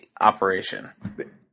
operation